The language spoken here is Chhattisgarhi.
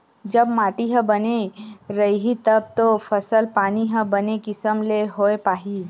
जब माटी ह बने रइही तब तो फसल पानी ह बने किसम ले होय पाही